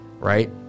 Right